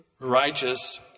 righteous